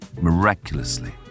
miraculously